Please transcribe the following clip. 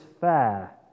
fair